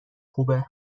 خوبه